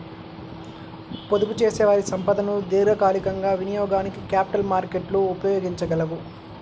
పొదుపుచేసేవారి సంపదను దీర్ఘకాలికంగా వినియోగానికి క్యాపిటల్ మార్కెట్లు ఉపయోగించగలవు